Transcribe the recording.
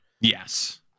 Yes